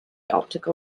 optical